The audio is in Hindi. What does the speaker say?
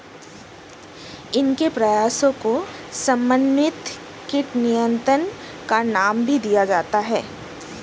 इनके प्रयासों को समन्वित कीट नियंत्रण का नाम भी दिया जाता है